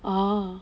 ah